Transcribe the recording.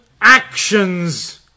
actions